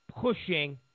pushing